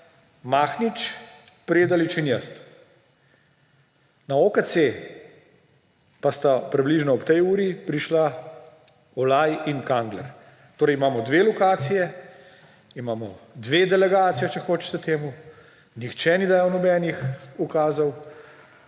Mahnič, Predalič in jaz. Na OKC pa sta približno ob tej uri prišla Olaj in Kangler. Torej imamo 2 lokaciji, imamo 2 delegaciji, če hočete, nihče ni dajal nobenih ukazov.